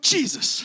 Jesus